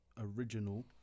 original